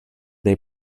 dei